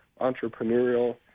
entrepreneurial